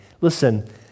Listen